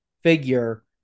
figure